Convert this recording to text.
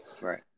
right